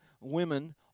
women